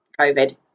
covid